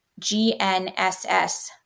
GNSS